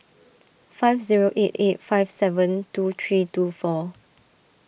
five zero eight eight five seven two three two four